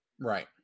Right